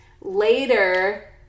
later